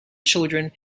children